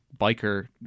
biker